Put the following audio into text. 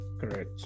correct